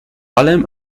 allem